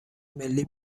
ملی